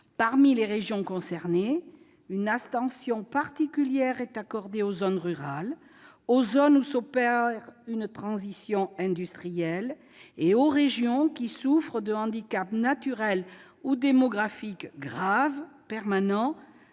Parmi les régions concernées, une attention particulière est accordée aux zones rurales, aux zones où s'opère une transition industrielle et aux régions qui souffrent de handicaps naturels ou démographiques graves et permanents